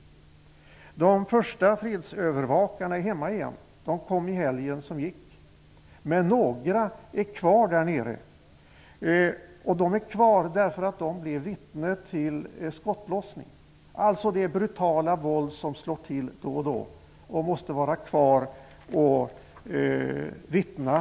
De första fredsövervakarna är nu hemma igen. De kom under helgen som gick. Men några är kvar där nere, eftersom de varit vittnen till skottlossning -- alltså till det brutala våld som då och då slår till -- och måste vittna i utredningen om detta.